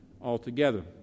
altogether